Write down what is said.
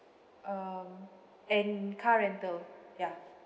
um and car rental ya